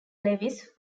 lewis